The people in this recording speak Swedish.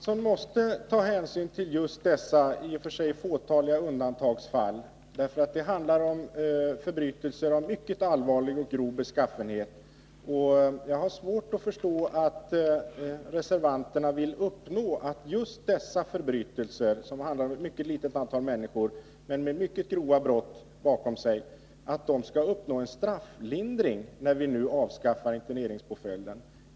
Herr talman! Men Lisa Mattson måste ta hänsyn till dessa i och för sig fåtaliga undantagsfall. Det handlar här om förbrytelser av mycket allvarlig och grov beskaffenhet. Jag har svårt att förstå att reservanterna vill att dessa mycket få människor som gjort sig skyldiga till mycket grova brott skall uppnå en strafflindring när vi nu avskaffar interneringspåföljden.